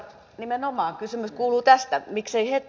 nimenomaan kysymys kuuluu miksei heti